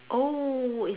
oh